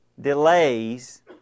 delays